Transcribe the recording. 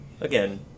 again